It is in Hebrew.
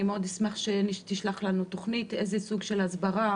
מאוד אשמח שתשלחו לנו תוכנית איזה סוג של הסברה,